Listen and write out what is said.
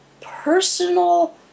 personal